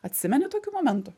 atsimeni tokių momentų